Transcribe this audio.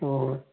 ꯑꯣ